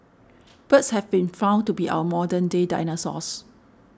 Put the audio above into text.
birds have been found to be our modern day dinosaurs